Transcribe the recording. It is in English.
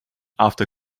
after